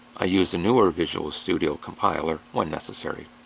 i use a newer visual studio compiler when necessary.